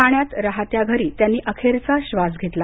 ठाण्यात राहत्या घरी त्यांनी अखेरचा श्वास घेतला